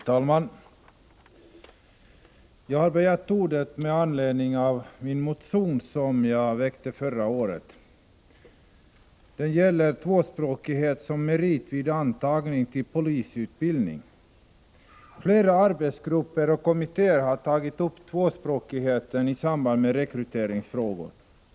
Herr talman! Jag har begärt ordet med anledning av min motion, som jag väckte förra året. Den gäller frågan om tvåspråkighet som merit vid antagning till polisutbildning. Flera arbetsgrupper och kommittéer har tagit upp frågan om tvåspråkigheten i samband med rekryteringsfrågor.